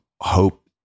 hope